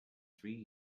three